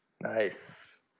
nice